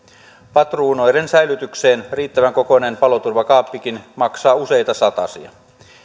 patruunoiden säilytykseen riittävän kokoinen paloturvakaappikin maksaa useita satasia